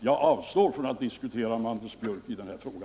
Jag avstår från att diskutera mer med Anders Björck i denna fråga.